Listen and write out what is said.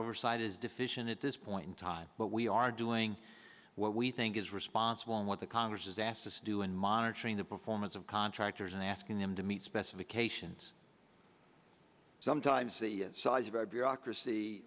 oversight is deficient at this point in time but we are doing what we think is responsible in what the congress disastrous do in monitoring the performance of contractors and asking them to meet specifications sometimes the size of our bureaucracy